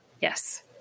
Yes